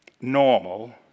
normal